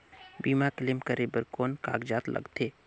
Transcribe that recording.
बीमा क्लेम करे बर कौन कागजात लगथे?